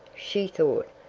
she thought.